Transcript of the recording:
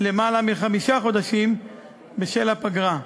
למעלה מחמישה חודשים בשל הפגרה.